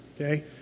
Okay